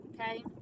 okay